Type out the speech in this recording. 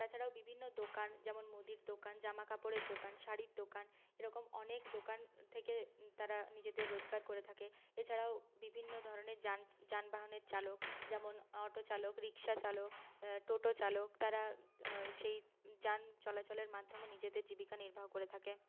তাছাড়াও বিভিন্ন দোকান যেমন মুদির দোকান জামাকাপড়ের দোকান শাড়ির দোকান এরকম অনেক দোকান থেকে তারা নিজেদের রোজগার করে থাকে এছাড়াও বিভিন্ন ধরনের যান যানবাহনের চালক যেমন অটো চালক রিক্সা চালক টোটো চালক তারা সেই যান চলাচলের মাধ্যমে নিজেদের জীবিকা নির্বাহ করে থাকে